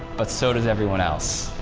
but so does everyone else.